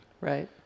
Right